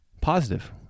positive